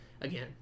again